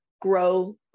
grow